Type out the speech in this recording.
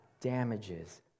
damages